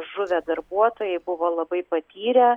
žuvę darbuotojai buvo labai patyrę